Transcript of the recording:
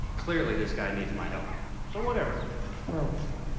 clearly this guy needs my help but whatever we're okay